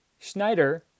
Schneider